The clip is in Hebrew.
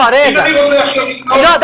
ואם אני רוצה ל --- לא,